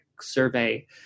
survey